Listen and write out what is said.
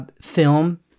film